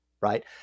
right